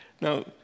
Now